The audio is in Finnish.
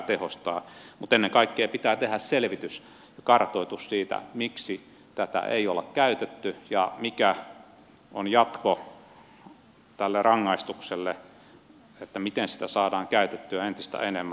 mutta ennen kaikkea pitää tehdä selvitys ja kartoitus siitä miksi tätä ei ole käytetty ja mikä on jatko tälle rangaistukselle siten että sitä saadaan käytettyä entistä enemmän